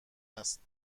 است